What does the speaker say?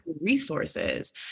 resources